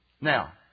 Now